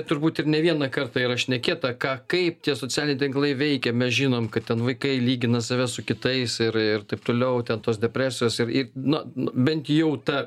turbūt ir ne vieną kartą yra šnekėta ką kaip tie socialiniai tinklai veikia mes žinom kad ten vaikai lygina save su kitais ir ir taip toliau ten tos depresijos ir ir nu n bent jau ta